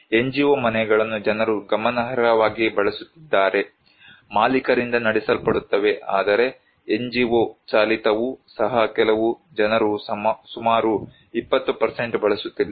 NGO ಮನೆಗಳನ್ನು ಜನರು ಗಮನಾರ್ಹವಾಗಿ ಬಳಸುತ್ತಿದ್ದಾರೆ ಮಾಲೀಕರಿಂದ ನಡೆಸಲ್ಪಡುತ್ತವೆ ಆದರೆ NGO ಚಾಲಿತವೂ ಸಹ ಕೆಲವು ಜನರು ಸುಮಾರು 20 ಬಳಸುತ್ತಿಲ್ಲ